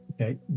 Okay